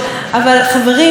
של המומחים של האו"ם,